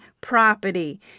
property